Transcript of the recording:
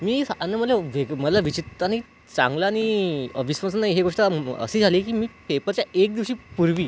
मीच आणि मला वेग् मला विचित्र आणि चांगला विश्वास नाही ही गोष्ट अशी झाली की मी पेपरच्या एक दिवसापूर्वी